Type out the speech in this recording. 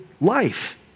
life